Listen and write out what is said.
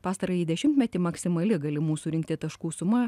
pastarąjį dešimtmetį maksimali galimų surinkti taškų suma